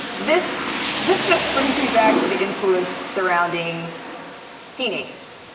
this just just brings me back to the influence surrounding teenagers,